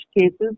cases